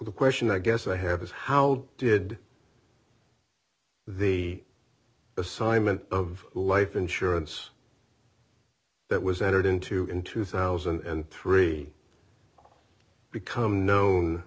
the question i guess i have is how did the assignment of life insurance that was entered into in two thousand and three become known